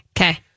Okay